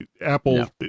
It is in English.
Apple